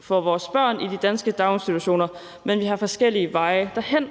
for vores børn i de danske daginstitutioner, men vi har forskellige veje derhen.